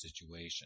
situation